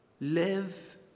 live